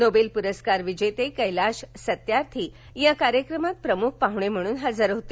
Nobel पुरस्कार विजेते कैलाश सत्यार्थी याकार्यक्रमात प्रमुख पाहणे म्हणून हजर होते